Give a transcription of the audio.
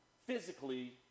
Physically